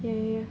ya ya ya